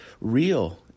real